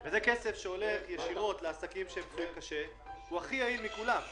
או מרביתם הם כספים שהרשויות המקומיות משלמות, אבל